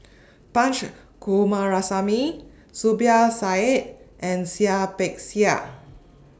Punch Coomaraswamy Zubir Said and Seah Peck Seah